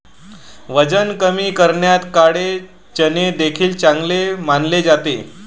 वजन कमी करण्यात काळे चणे देखील चांगले मानले जाते